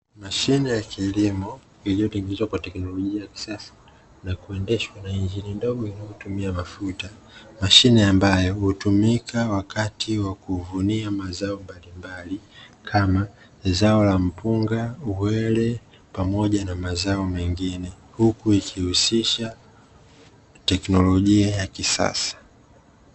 Mashine ya kilimo iliyopatikana teknolojia ya kisasa na kuendeshwa na injili ndogo inayotumia mafuta mashine ambayo hutumika wakati wa kuuvunia mazao mbalimbali, kama zao la mpunga uwele pamoja na mazao mengine huku ikihusisha teknolojia ya kisasa.